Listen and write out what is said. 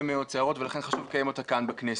מאוד סערות ולכן חשוב לקיים אותה כאן בכנסת.